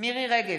מירי מרים רגב,